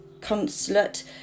consulate